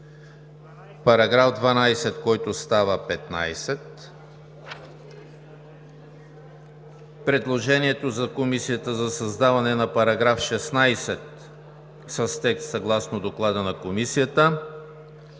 § 14, § 12, който става § 15; предложението на Комисията за създаване на § 16 с текст съгласно Доклада на Комисията